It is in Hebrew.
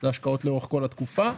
אלא השקעות לאורך כל התקופה,